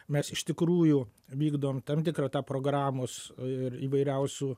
mes iš tikrųjų vykdom tam tikrą tą programos ir įvairiausių